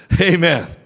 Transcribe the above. Amen